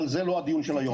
אבל זה לא הדיון של היום.